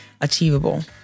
achievable